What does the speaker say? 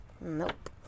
Nope